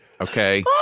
Okay